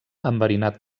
enverinat